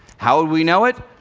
how would we know it?